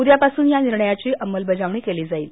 उदयापासून या निर्णयाची अंमलबजावणी केली जाईल